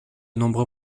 nombreux